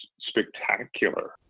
spectacular